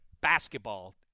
basketball